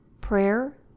prayer